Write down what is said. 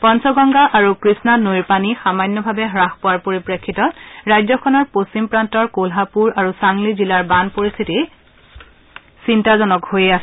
পঞ্চগংগা আৰু কৃষ্ণা নৈৰ পানী সামান্যভাৱে হ্ৰাস পোৱাৰ পৰিপ্ৰেক্ষিতত ৰাজ্যখনৰ পশ্চিম প্ৰান্তৰ কলহাপুৰ আৰু চাংলি জিলাৰ বান পৰিস্থিতি চিন্তাজনক হৈয়ে আছে